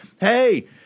hey